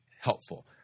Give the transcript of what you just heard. helpful